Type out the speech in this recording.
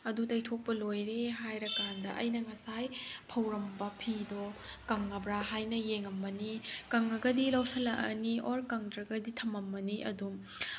ꯑꯗꯨ ꯇꯩꯊꯣꯛꯄ ꯂꯣꯏꯔꯦ ꯍꯥꯏꯔꯀꯥꯟꯗ ꯑꯩꯅ ꯉꯁꯥꯏ ꯐꯧꯔꯝꯕ ꯐꯤꯗꯣ ꯀꯪꯉꯕ꯭ꯔꯥ ꯍꯥꯏꯅ ꯌꯦꯡꯉꯝꯃꯅꯤ ꯀꯪꯉꯒꯗꯤ ꯂꯧꯁꯤꯜꯂꯛꯑꯅꯤ ꯑꯣꯔ ꯀꯪꯗ꯭ꯔꯒꯗꯤ ꯊꯝꯃꯝꯃꯅꯤ ꯑꯗꯨꯝ